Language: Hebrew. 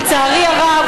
לצערי הרב,